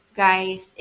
guys